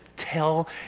tell